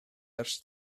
ers